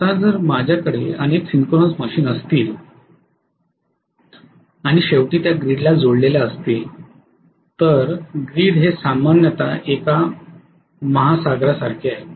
आता जर माझ्याकडे अनेक सिंक्रोनस मशीन असतील आणि शेवटी त्या ग्रीडला जोडलेल्या असतील तर ग्रीड हे सामान्यत एका महासागरासारखे आहे